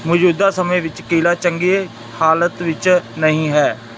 ਮੌਜੂਦਾ ਸਮੇਂ ਵਿੱਚ ਕਿਲ੍ਹਾ ਚੰਗੀ ਹਾਲਤ ਵਿੱਚ ਨਹੀਂ ਹੈ